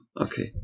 okay